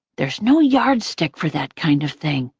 there's no yardstick for that kind of thing.